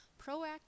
proactive